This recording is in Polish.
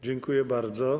Dziękuję bardzo.